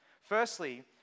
Firstly